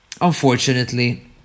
unfortunately